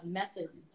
methods